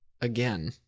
again